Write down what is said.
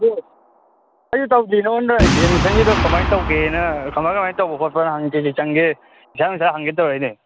ꯑꯗꯨ ꯑꯩꯁꯨ ꯇꯧꯗ꯭ꯔꯤ ꯅꯪꯉꯣꯟꯗ ꯑꯦꯗꯃꯤꯁꯟꯒꯤꯗꯣ ꯀꯃꯥꯏꯅ ꯇꯧꯒꯦꯅ ꯀꯃꯥꯏꯅ ꯀꯃꯥꯏꯅ ꯇꯧꯕ ꯈꯣꯠꯄꯅ ꯀꯔꯤ ꯀꯔꯤ ꯆꯪꯒꯦ ꯄꯩꯁꯥ ꯅꯨꯡꯁꯥ ꯍꯪꯒꯦ ꯇꯧꯔꯛꯏꯅꯦ